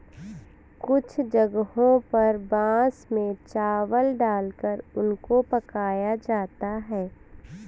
कुछ जगहों पर बांस में चावल डालकर उनको पकाया जाता है